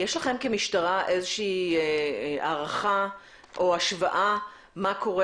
יש לכם כמשטרה איזושהי הערכה או השוואה מה קורה